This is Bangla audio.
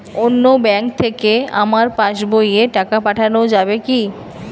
অন্য ব্যাঙ্ক থেকে আমার পাশবইয়ে টাকা পাঠানো যাবে কি?